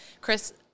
Chris